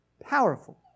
powerful